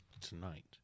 Tonight